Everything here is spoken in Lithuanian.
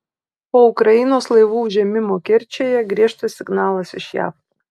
po ukrainos laivų užėmimo kerčėje griežtas signalas iš jav